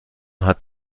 hat